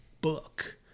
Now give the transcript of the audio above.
book